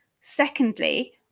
Secondly